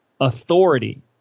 authority